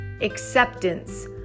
acceptance